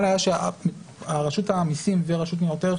היה שרשות המיסים והרשות לניירות ערך,